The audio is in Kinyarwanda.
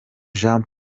jean